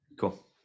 Cool